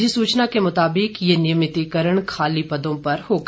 अधिसूचना के मुताबिक ये नियमितीकरण खाली पदों पर होगा